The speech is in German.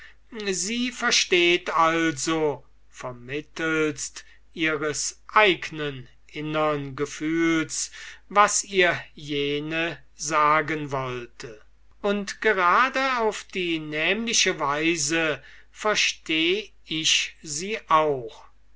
sie verstehet also vermittelst ihres eignen innern gefühls was ihr jene sagen wollte und gerade auf die nämliche weise versteh ich sie auch